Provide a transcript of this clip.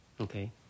okay